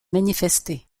manifester